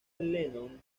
lennon